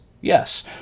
yes